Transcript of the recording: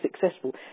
successful